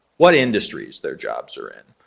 what industries their jobs are in,